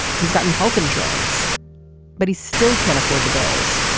he's gotten health insurance but he still can't afford the bills.